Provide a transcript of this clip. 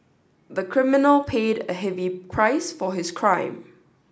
the criminal paid a heavy price for his crime